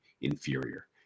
inferior